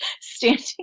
standing